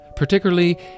Particularly